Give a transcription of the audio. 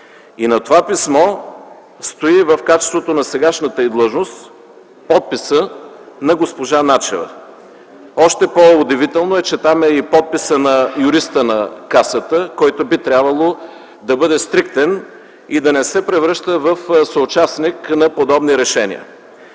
И под това писмо стои в качеството й на досегашната й длъжност подписът на госпожа Начева. Още по-удивително е, че там е и подписът на юриста на Касата, който би трябвало да бъде стриктен и да не се превръща в съучастник на подобни решения.